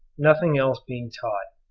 nothing else being taught,